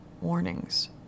warnings